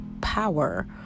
power